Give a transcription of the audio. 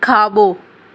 खाॿो